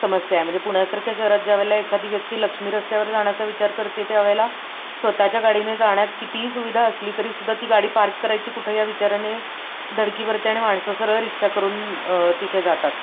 समस्या आहे म्हणजे पुण्यासारख्या शहरात ज्यावेळेला एखादी व्यक्ती लक्ष्मी रस्त्यावर जाण्याचा विचार करते त्यावेळेला स्वतःच्या गाडीने जाण्यात कितीही सुविधा असली तरी सुद्धा ती गाडी पार्क करायची कुठं या विचाराने धडकी भरते आणि माणसं सरळ रिक्षा करून तिथे जातात